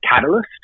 catalyst